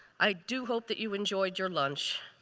i do hope that you enjoyed your lunch.